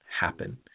happen